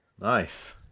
Nice